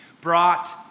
brought